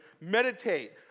meditate